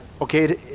okay